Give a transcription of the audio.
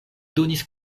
donis